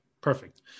Perfect